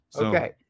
Okay